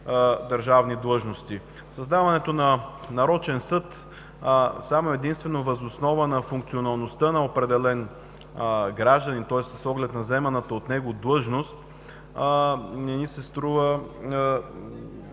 държавни длъжности. Създаването на нарочен съд само и единствено въз основа на функционалността на определен гражданин, тоест с оглед на заеманата от него длъжност, не ни се струва